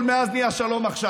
אבל מאז נהיה שלום-עכשיווניק.